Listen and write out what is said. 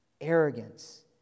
Arrogance